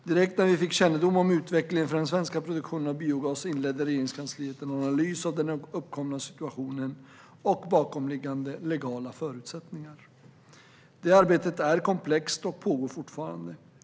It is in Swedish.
Direkt när vi fick kännedom om utvecklingen för den svenska produktionen av biogas inledde Regeringskansliet en analys av den uppkomna situationen och bakomliggande legala förutsättningar. Det arbetet är komplext och pågår fortfarande.